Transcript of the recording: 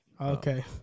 Okay